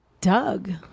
Doug